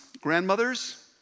grandmothers